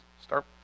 Start